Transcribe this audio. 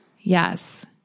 Yes